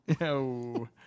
No